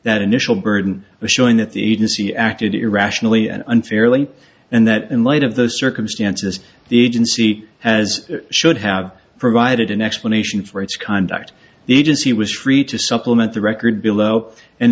that initial burden of showing that the agency acted irrationally and unfairly and that in light of the circumstances the agency has should have provided an explanation for its conduct the agency was free to supplement the record below and